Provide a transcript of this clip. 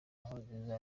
nkurunziza